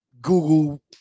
Google